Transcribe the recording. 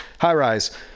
High-rise